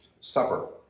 Supper